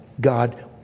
God